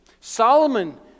Solomon